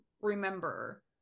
remember